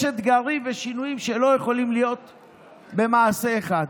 יש אתגרים ושינויים שלא יכולים להיות במעשה אחד.